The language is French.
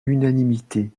unanimité